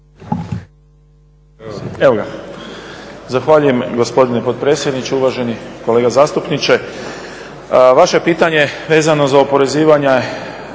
(SDP)** Zahvaljujem gospodine potpredsjedniče. Uvaženi kolega zastupniče, vaše je pitanje vezano za oporezivanje